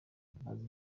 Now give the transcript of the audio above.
banza